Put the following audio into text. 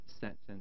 sentence